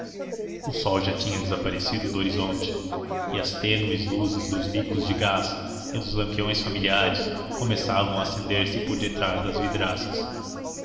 o sol já tinha desaparecido do horizonte e as tênues luzes dos bicos de gás e dos lampiões familiares começavam a acender se por detrás das vidraças